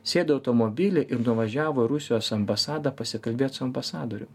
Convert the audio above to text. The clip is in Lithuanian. sėdo į automobilį ir nuvažiavo į rusijos ambasadą pasikalbėt su ambasadorium